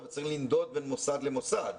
אבל צריך לנדוד בין מוסד למוסד.